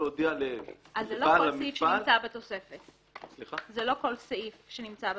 זה לא כל סעיף שנמצא בתוספת.